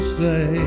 say